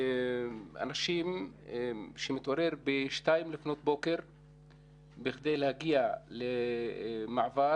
אנשים שמתעוררים בשתיים לפנות בוקר בכדי להגיע למעבר